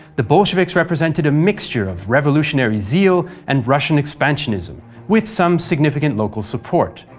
the bolsheviks represented a mixture of revolutionary zeal and russian expansionism, with some significant local support.